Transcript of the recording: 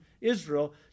Israel